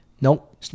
Nope